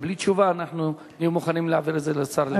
אנחנו נהיה מוכנים להעביר את זה לשר להגנת הסביבה.